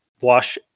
Wash